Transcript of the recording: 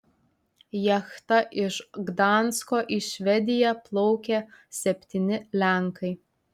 jachta iš gdansko į švediją plaukė septyni lenkai